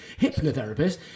Hypnotherapist